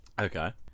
Okay